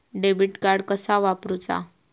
Debit card कसा वापरुचा?